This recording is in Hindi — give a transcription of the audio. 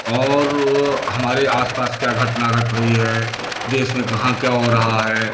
और हमारे आसपास क्या घटना घट रही है देश में कहाँ क्या हो रहा है